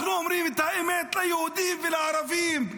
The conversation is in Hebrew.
אנחנו אומרים את האמת ליהודים ולערבים.